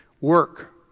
Work